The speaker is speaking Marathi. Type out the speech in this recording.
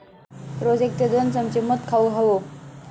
रोज एक ते दोन चमचे मध खाउक हवो